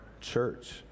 church